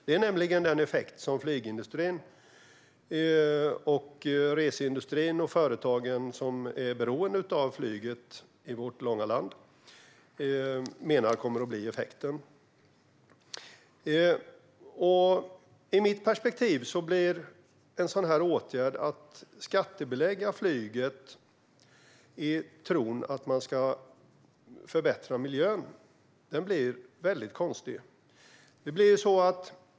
Det är nämligen det som flygindustrin, resebranschen och företagen som är beroende av flyget i vårt avlånga land menar kommer att bli effekten. I mitt perspektiv blir åtgärden att skattebelägga flyget i tron att man ska förbättra miljön väldigt konstig.